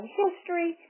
history